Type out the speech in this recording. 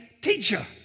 teacher